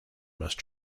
must